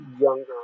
younger